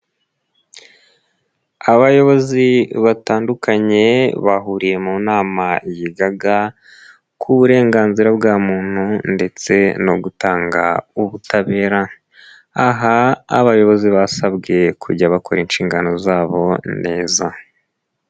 Abayobozi batandukanye bahuriye mu nama yigaga ku burenganzira bwa muntu ndetse no gutanga ubutabera, aha abayobozi basabwe kujya bakora inshingano zabo neza.